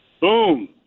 Boom